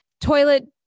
toilet